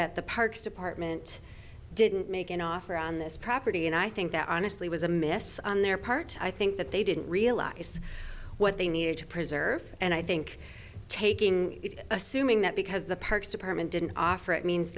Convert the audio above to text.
that the parks department didn't make an offer on this property and i think that honestly was a mess on their part i think that they didn't realize what they needed to preserve and i think taking assuming that because the parks department didn't offer it means